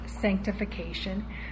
sanctification